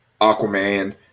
Aquaman